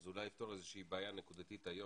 זה אולי יפתור איזושהי בעיה נקודתית היום.